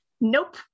nope